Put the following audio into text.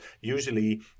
usually